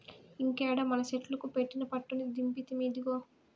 ఇంకేడ మనసెట్లుకు పెట్టిన పట్టుని దింపితిమి, ఇదిగో